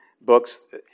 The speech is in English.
books